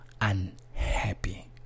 unhappy